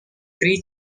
three